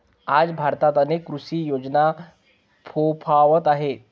आज भारतात अनेक कृषी योजना फोफावत आहेत